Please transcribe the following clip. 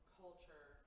culture